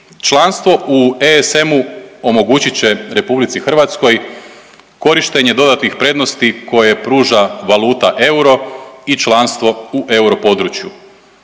članstvo u ESM-u omogućit će RH korištenje dodatnih prednosti koje pruža valuta euro i članstvo u europodručju.